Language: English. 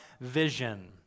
vision